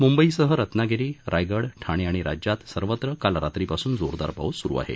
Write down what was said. म्ंबईसह रत्नागिरी रायगड ठाणे आणि राज्यात सर्वत्र काल रात्रीपासून जोरदार पाऊस स्रु आहे